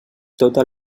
tota